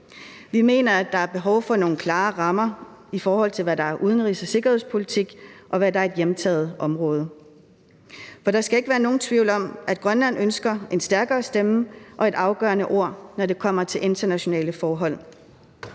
Vi mener, at der er behov for nogle klare rammer i forhold til, hvad der er udenrigs- og sikkerhedspolitik, og hvad der er et hjemtaget område. For der skal ikke være nogen tvivl om, at Grønland ønsker en stærkere stemme og et afgørende ord, når det kommer til internationale forhold.